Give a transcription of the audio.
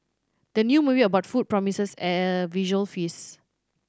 the new movie about food promises a visual feast